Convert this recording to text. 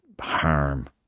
harm